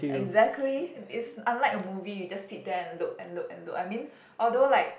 exactly it's unlike a movie you just sit there and look and look and look I mean although like